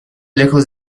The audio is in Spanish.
lejos